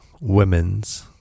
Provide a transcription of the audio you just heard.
Women's